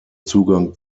zugang